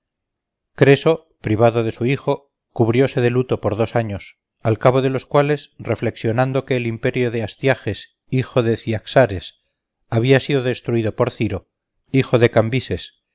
tras perder a su hijo llevó luto dos años al cabo de los cuales viendo que el imperio de astiages hijo de ciaxares había sido destruido por ciro hijo de cambises